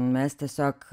mes tiesiog